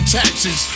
taxes